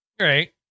Right